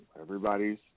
Everybody's